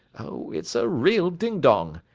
oh it's a real ding dong.